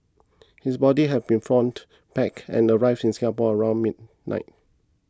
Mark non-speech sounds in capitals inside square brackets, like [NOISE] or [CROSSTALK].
his body have been flown [UNINTELLIGIBLE] back and arrived in Singapore around midnight